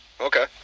okay